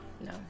No